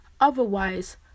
otherwise